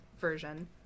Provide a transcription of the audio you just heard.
version